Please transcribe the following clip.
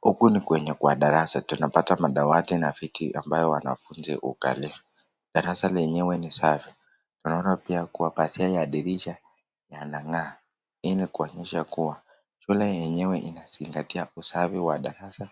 Huku ni kwenye kwa darasa .Tunapata madawati viti ambaya wanafunzi hukalia. Darasa lenyewe ni safi. Tunaona pia pazia ya dirisha yanang'aa .Hii ni kuonyesha kuwa shule yenyewe inazingatia usafi wa darasa